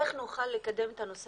איך נוכל לקדם את הנושא